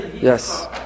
Yes